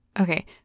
Okay